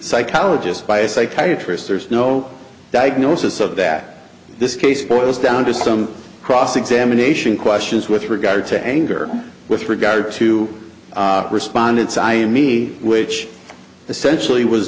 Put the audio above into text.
psychologist by a psychiatrist there's no diagnosis of that this case boils down to some cross examination questions with regard to anger with regard to respondents i am me which essentially was